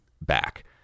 back